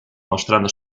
mostrando